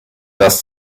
das